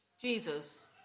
Jesus